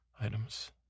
items